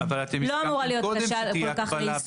לא אמורה להיות קשה כל כך ליישום.